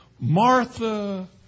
Martha